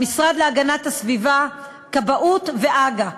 המשרד להגנת הסביבה, כבאות והג"א.